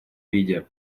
виде